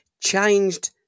changed